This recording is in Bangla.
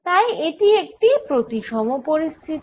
তাই এটি একটি প্রতিসম পরিস্থিতি